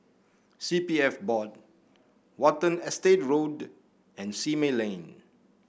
C P F Board Watten Estate Road and Simei Lane